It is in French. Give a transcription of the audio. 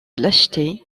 lâcheté